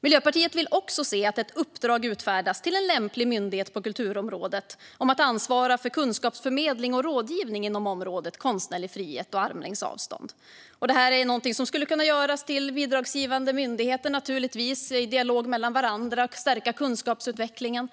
Miljöpartiet vill se att det ges ett uppdrag till en lämplig myndighet på kulturområdet att ansvara för kunskapsförmedling och rådgivning inom området konstnärlig frihet och armlängds avstånd. Bidragsgivande myndigheter skulle naturligtvis i dialog med varandra kunna stärka kunskapsutvecklingen.